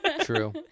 True